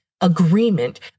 agreement